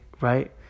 Right